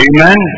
Amen